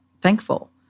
thankful